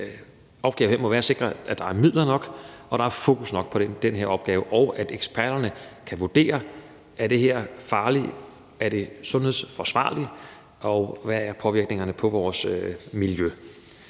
opgave her være at sikre, at der er midler nok, at der er fokus nok på den her opgave, og at eksperterne kan vurdere, om det er farligt, om det er sundhedsforsvarligt, og hvad påvirkningerne af vores miljø